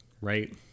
right